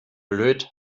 blöd